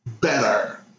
better